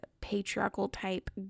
patriarchal-type